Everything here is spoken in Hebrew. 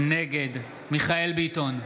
נגד מיכאל מרדכי ביטון,